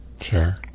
Sure